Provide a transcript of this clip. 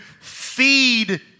feed